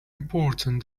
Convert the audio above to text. important